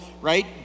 right